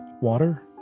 water